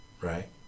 right